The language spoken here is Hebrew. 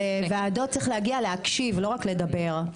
לוועדות צריך להגיע להקשיב לא רק לדבר,